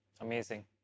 Amazing